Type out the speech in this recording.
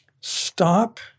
stop